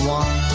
one